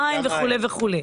מים וכולי.